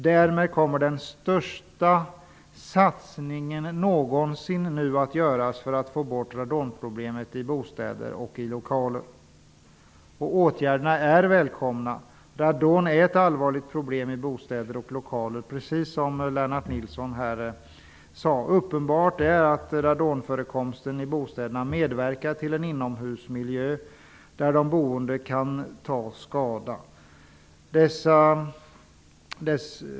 Därmed kommer den största satsningen någonsin att göras för att få bort radonproblemet i bostäder och lokaler. Åtgärderna är välkomna. Radon är ett allvarligt problem i bostäder och lokaler, precis som Lennart Nilsson sade. Uppenbart är att radonförekomsten i bostäder medverkar till en inomhusmiljö där de boende kan ta skada.